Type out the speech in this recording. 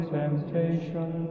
temptation